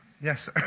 Yes